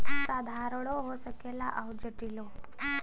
साधारणो हो सकेला अउर जटिलो